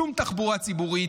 שום תחבורה ציבורית,